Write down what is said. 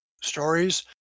stories